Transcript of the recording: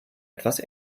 etwas